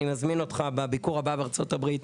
אני מזמין אותך בביקור הבא בארצות הברית,